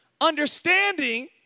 Understanding